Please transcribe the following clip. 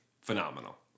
phenomenal